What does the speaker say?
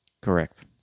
Correct